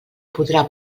podrà